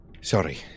Sorry